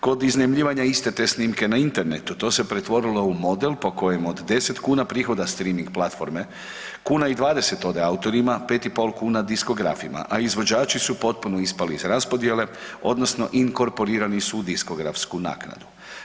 Kod iznajmljivanja iste te snimke na internetu to se pretvorilo u model po kojem od 10 kuna prihoda streaming platforme 1,20 ode autorima, 5,5 kuna diskografima, a izvođači su potpuno ispali iz raspodjele odnosno inkorporirani su u diskografsku naknadu.